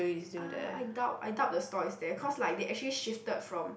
uh I doubt I doubt the store is there cause like they actually shifted from